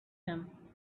him